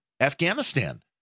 afghanistan